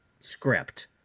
script